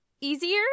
easier